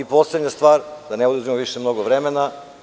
Poslednja stvar, da ne oduzimam više mnogo vremena.